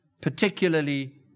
particularly